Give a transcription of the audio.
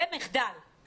כי